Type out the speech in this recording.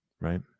right